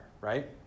right